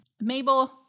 Mabel